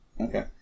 okay